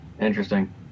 Interesting